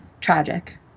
tragic